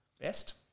best